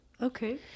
Okay